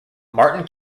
martin